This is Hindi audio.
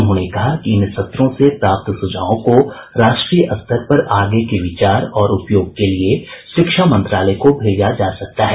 उन्होंने कहा कि इन सत्रों से प्राप्त सुझावों को राष्ट्रीय स्तर पर आगे के विचार और उपयोग के लिए शिक्षा मंत्रालय को भेजा जा सकता है